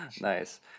Nice